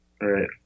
Right